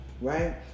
right